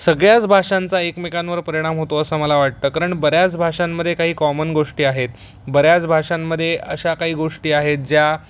सगळ्याच भाषांचा एकमेकांवर परिणाम होतो असं मला वाटतं कारण बऱ्याच भाषांमध्ये काही कॉमन गोष्टी आहेत बऱ्याच भाषांमध्ये अशा काही गोष्टी आहेत ज्या